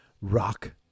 rock